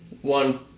one